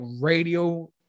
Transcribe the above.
radio